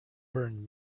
burned